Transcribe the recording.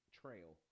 trail